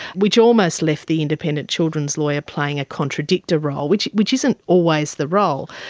which almost left the independent children's lawyer playing a contradictor role which which isn't always the role.